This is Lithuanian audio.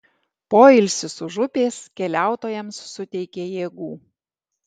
poilsis už upės keliautojams suteikė jėgų